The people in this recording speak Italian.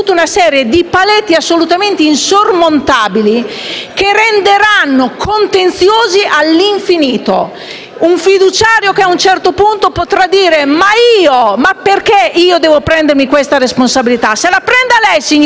contenziosi all'infinito. Un fiduciario a un certo punto potrà dire: "Perché devo prendermi questa responsabilità? La prenda lei, signor medico, che è il medico curante di questo paziente!".